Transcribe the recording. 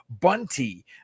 Bunty